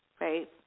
right